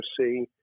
see